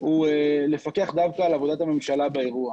הוא לפקח דווקא על עבודת הממשלה באירוע.